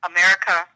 America